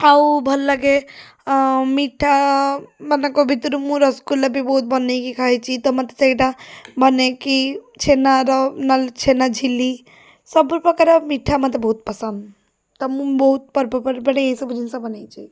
ଆଉ ଭଲଲାଗେ ମିଠାମାନଙ୍କ ଭିତରୁ ମୁଁ ରସଗୋଲା ବି ବହୁତ ବନେଇକି ଖାଇଛି ତ ମୋତେ ସେଇଟା ବନେଇକି ଛେନାର ନହେଲେ ଛେନାଝିଲ୍ଲୀ ସବୁପ୍ରକାର ମିଠା ମୋତେ ବହୁତ ପସନ୍ଦ ତ ମୁଁ ବହୁତ ପର୍ବପର୍ବାଣି ଏହି ସବୁ ଜିନିଷ ବନେଇଛି